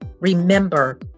Remember